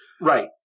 right